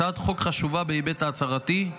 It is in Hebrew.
הצעת החוק חשובה בהיבט ההצהרתי,